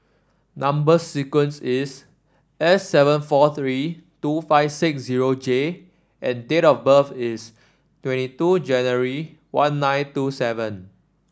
number sequence is S seven four three two five six zero J and date of birth is twenty two January one nine two seven